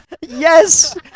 Yes